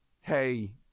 hey